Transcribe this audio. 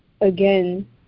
again